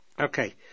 Okay